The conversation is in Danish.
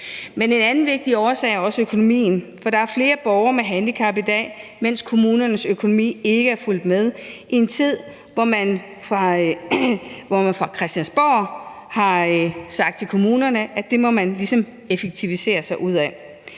en anden vigtig årsag, og det er økonomien, for der er flere borgere med handicap i dag, mens kommunernes økonomi ikke er fulgt med – i en tid, hvor man fra Christiansborg har sagt til kommunerne, at det må man ligesom effektivisere sig ud af.